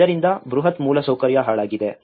ಇದರಿಂದ ಬೃಹತ್ ಮೂಲಸೌಕರ್ಯ ಹಾಳಾಗಿದೆ